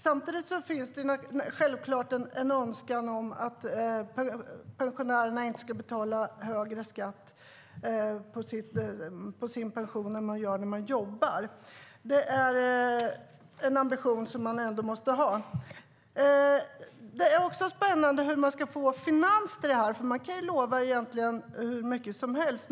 Samtidigt finns det självklart en önskan att pensionärerna inte ska betala högre skatt på sin pension än de som jobbar. Det är en ambition man måste ha. Det vore spännande att höra hur man ska finansiera det hela. Man kan tydligen lova hur mycket som helt.